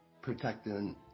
protecting